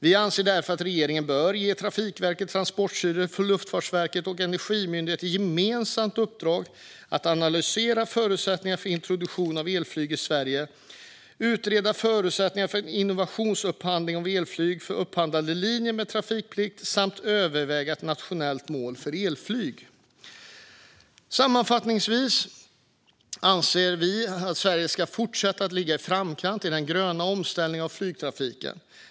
Vi anser därför att regeringen bör ge Trafikverket, Transportstyrelsen, Luftfartsverket och Energimyndigheten ett gemensamt uppdrag att analysera förutsättningarna för introduktion av elflyg i Sverige, utreda förutsättningarna för innovationsupphandling av elflyg för upphandlade linjer med trafikplikt samt överväga ett nationellt mål för elflyg. Sammanfattningsvis anser vi att Sverige ska fortsätta ligga i framkant i den gröna omställningen av flygtrafiken.